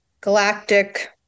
galactic